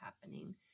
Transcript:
happening